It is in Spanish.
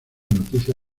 noticia